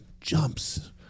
jumps